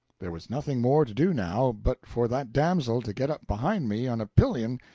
there was nothing more to do now, but for that damsel to get up behind me on a pillion,